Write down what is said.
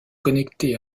connecté